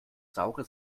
saure